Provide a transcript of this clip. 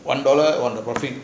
one dollar profit